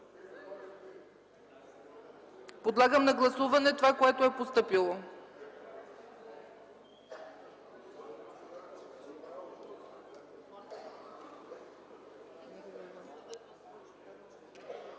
Подлагам на гласуване това, което е постъпило.